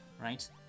right